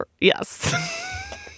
Yes